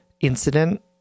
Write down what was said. incident